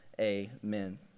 Amen